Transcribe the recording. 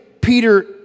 Peter